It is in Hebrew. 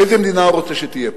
איזו מדינה הוא רוצה שתהיה פה.